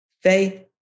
Faith